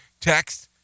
text